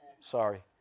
Sorry